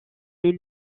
les